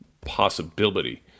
possibility